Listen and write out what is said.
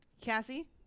Cassie